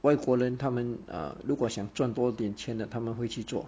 外国人他们 err 如果想赚多点钱的他们会去做